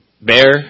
bear